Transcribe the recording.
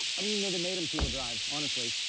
i mean know they made them two-wheel drive, honestly.